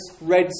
Red